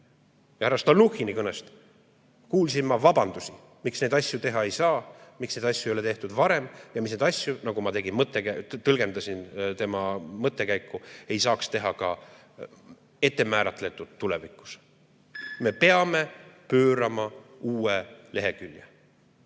Härra Stalnuhhini kõnest kuulsin ma vabandusi, miks neid asju teha ei saa, miks neid asju ei ole tehtud varem ja miks neid asju, nagu ma tõlgendasin tema mõttekäiku, ei saaks teha ka ettemääratletud tulevikus. Me peame pöörama uue lehekülje.